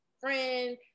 friend